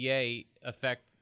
affect